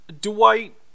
Dwight